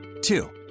Two